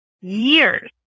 years